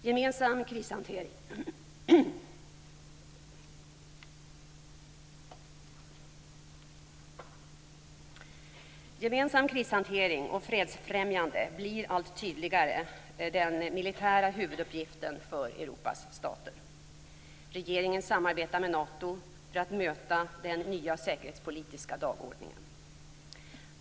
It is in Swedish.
Gemensam krishantering och fredsfrämjande blir allt tydligare den militära huvuduppgiften för Europas stater. Regeringen samarbetar med Nato för att möta den nya säkerhetspolitiska dagordningen.